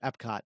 epcot